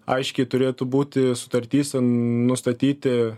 aiškiai turėtų būti sutartyse nustatyti